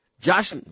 Josh